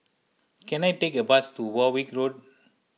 can I take a bus to Warwick Road